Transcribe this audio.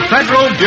Federal